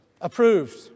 approved